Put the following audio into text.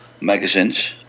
magazines